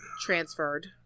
transferred